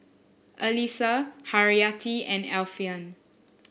Alyssa Haryati and Alfian